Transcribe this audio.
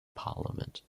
parliament